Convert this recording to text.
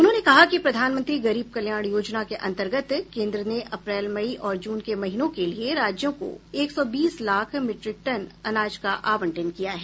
उन्होंने कहा कि प्रधानमंत्री गरीब कल्याण योजना के अंतर्गत केंद्र ने अप्रैल मई और जून के महीनों के लिए राज्यों को एक सौ बीस लाख मीट्रिक टन अनाज का आवंटन किया है